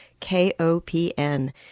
KOPN